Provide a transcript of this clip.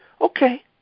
Okay